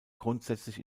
grundsätzlich